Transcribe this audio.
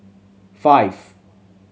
five